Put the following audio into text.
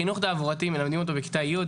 מלמדים את החינוך התעבורתי בכיתה י',